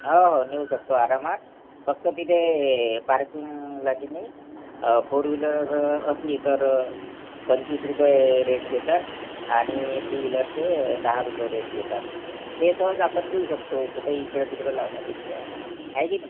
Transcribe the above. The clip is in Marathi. हो हो नेऊ शकतो आरामात फक्त तिथे पार्किंगला की नाही फोर विलर असली तर पंचवीस रुपये रेंट घेतात आणि टू विलरचे दहा रुपये रेंट घेतात ते सहज आपण देऊ शकतो कुठंही इकडेतिकडे लावण्यापेक्षा हो की नाही